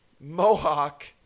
Mohawk